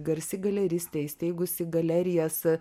garsi galeristė įsteigusi galerijas